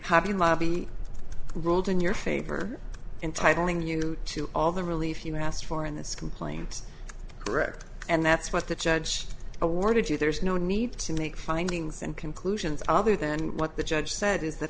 having lobby rolled in your favor entitling you to all the relief you asked for in this complaint correct and that's what the judge awarded you there's no need to make findings and conclusions other than what the judge said is that